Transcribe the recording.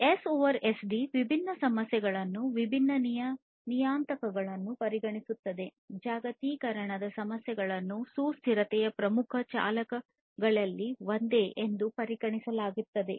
ಈ S over SD ವಿಭಿನ್ನ ಸಮಸ್ಯೆಗಳನ್ನು ವಿಭಿನ್ನ ನಿಯತಾಂಕಗಳನ್ನು ಪರಿಗಣಿಸುತ್ತದೆ ಜಾಗತೀಕರಣದ ಸಮಸ್ಯೆಯನ್ನು ಸುಸ್ಥಿರತೆಯ ಪ್ರಮುಖ ಚಾಲಕಗಳಲ್ಲಿ ಒಂದು ಎಂದು ಪರಿಗಣಿಸಲಾಗುತ್ತದೆ